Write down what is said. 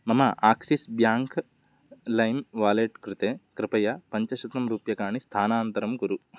मम Axis bank लैं wallet कृते कृपया पञ्चशतं रूप्यकाणि स्थानान्तरं कुरु